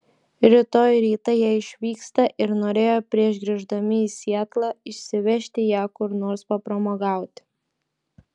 rytoj rytą jie išvyksta ir norėjo prieš grįždami į sietlą išsivežti ją kur nors papramogauti